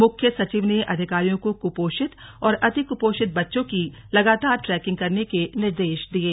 मुख्य सचिव ने अधिकारियों को कुपोषित और अतिकुपोषित बच्चों की लगातार ट्रेकिंग करने के निर्देश दिये